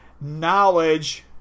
knowledge